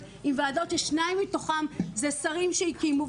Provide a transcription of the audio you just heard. עם ועדות ששניים מתוכם זה שרים שהקימו,